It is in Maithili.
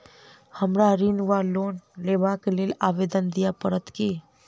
हमरा ऋण वा लोन लेबाक लेल आवेदन दिय पड़त की?